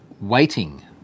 Waiting